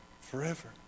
Forever